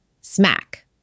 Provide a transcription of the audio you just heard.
Smack